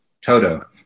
Toto